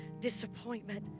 disappointment